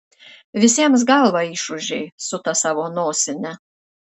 visiems galvą išūžei su ta savo nosine